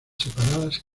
separadas